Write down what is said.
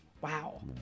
Wow